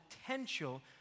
potential